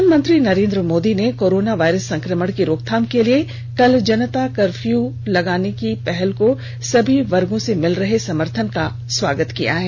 प्रधानमंत्री नरेन्द्र मोदी ने corona virus संक्रमण की रोकथाम के लिए कल जनता कर्फ्यू लागू करने की पहल को सभी वर्गों से मिल रहे समर्थन का स्वागत किया है